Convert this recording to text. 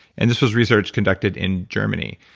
and this was research conducted in germany.